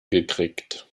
gekriegt